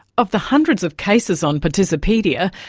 of the hundreds of cases on participedia,